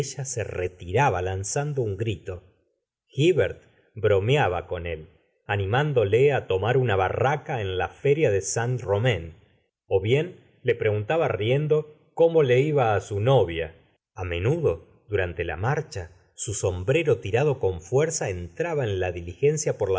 se retiraba lanzando un grito hi vert bromeaba con él animándole á tomar una barraca en la feria de saint romain ó bien le preguntaba riendo cómo le iba á su novia a menudo durante la marcha su sombrero tirado con fuerza entraba en la diligencia por la